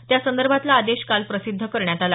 त्या संदर्भातला आदेश काल प्रसिद्ध करण्यात आला